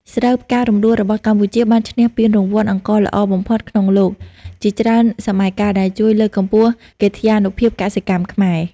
ស្រូវផ្ការំដួលរបស់កម្ពុជាបានឈ្នះពានរង្វាន់អង្ករល្អបំផុតក្នុងលោកជាច្រើនសម័យកាល ដែលជួយលើកកម្ពស់កិត្យានុភាពកសិកម្មខ្មែរ។